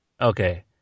Okay